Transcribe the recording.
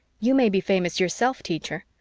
you may be famous yourself, teacher.